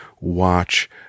watch